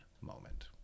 moment